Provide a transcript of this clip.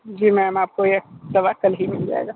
जी ma'am आप को यह तवा कल ही मिल जाएगा